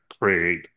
create